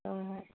ꯍꯣꯏ ꯍꯣꯏ